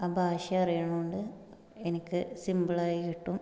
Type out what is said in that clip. ആ ഭാഷ അറിയുന്നതുകൊണ്ട് എനിക്ക് സിമ്പിൾ ആയി കിട്ടും